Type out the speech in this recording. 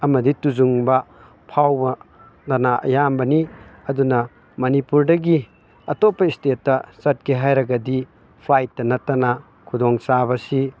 ꯑꯃꯗꯤ ꯇꯨꯖꯨꯡꯕ ꯐꯥꯎꯕꯗꯅ ꯑꯌꯥꯝꯕꯅꯤ ꯑꯗꯨꯅ ꯃꯅꯤꯄꯨꯔꯗꯒꯤ ꯑꯇꯣꯞꯄ ꯏꯁꯇꯦꯠꯇ ꯆꯠꯀꯦ ꯍꯥꯏꯔꯒꯗꯤ ꯐ꯭ꯂꯥꯏꯠꯇ ꯅꯠꯇꯅ ꯈꯨꯗꯣꯡꯆꯥꯕꯁꯤ